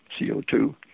CO2